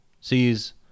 sees